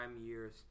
years